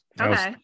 Okay